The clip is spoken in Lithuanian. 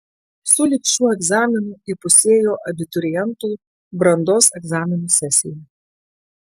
su lig šiuo egzaminu įpusėjo abiturientų brandos egzaminų sesija